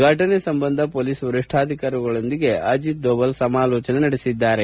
ಫೆಟನೆ ಸಂಬಂಧ ಪೊಲೀಸ್ ವರಿಷ್ಠಾಧಿಕಾರಿಗಳೊಂದಿಗೆ ಅಜಿತ್ ದೋವಲ್ ಸಮಾಲೋಚನೆ ನಡೆಸಿದ್ದಾರೆ